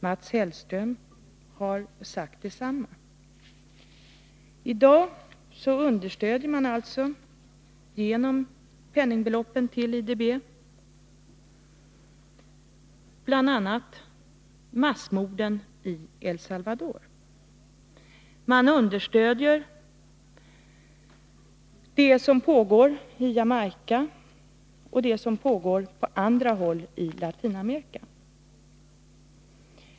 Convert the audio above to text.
Mats Hellström har sagt detsamma. Genom att ge pengar till IDB understöder den socialdemokratiska regeringen i dag bl.a. massmorden i El Salvador. Man understöder det som pågår i Jamaica och på olika håll i Latinamerika.